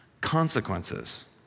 consequences